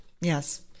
Yes